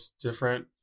different